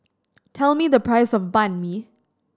tell me the price of Banh Mi